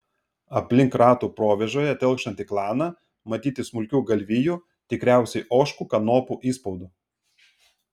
aplink ratų provėžoje telkšantį klaną matyti smulkių galvijų tikriausiai ožkų kanopų įspaudų